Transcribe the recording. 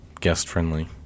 guest-friendly